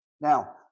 Now